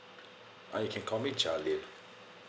okay you can call me jaleo